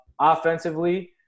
Offensively